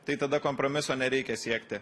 tai tada kompromiso nereikia siekti